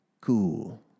cool